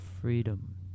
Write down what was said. freedom